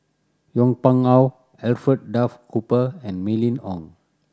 Yong Pung How Alfred Duff Cooper and Mylene Ong